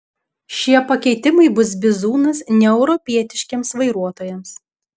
šie pakeitimai bus bizūnas neeuropietiškiems vairuotojams